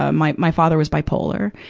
ah my, my father was bipolar,